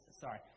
Sorry